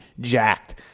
jacked